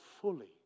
fully